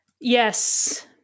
Yes